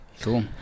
cool